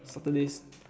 Saturdays